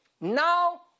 Now